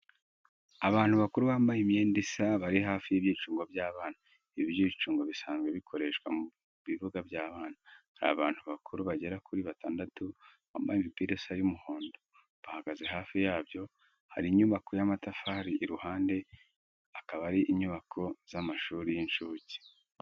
Abantu bakuru bambaye imyenda isa bari hafi y'ibyicungo by’abana. Ibi byicungo bisanzwe bikoreshwa mu bibuga by’abana. Hari abantu bakuru bagera kuri batandatu, bambaye imipira isa y'umuhondo, bahagaze hafi yabyo, hari inyubako z’amatafari iruhande, akaba ari inyubako z'amashuri y'incuke.